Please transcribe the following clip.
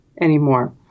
anymore